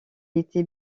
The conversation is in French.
été